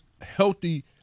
healthy